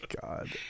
God